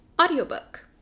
audiobook